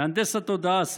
נאום הנדסת תודעה מס'